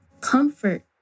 comfort